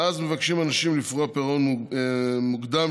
ואז מבקשים אנשים לפרוע הלוואה בפירעון מוקדם